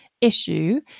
issue